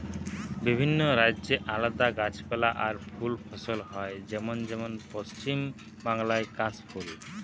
বিভিন্ন রাজ্যে আলদা গাছপালা আর ফুল ফসল হয় যেমন যেমন পশ্চিম বাংলায় কাশ ফুল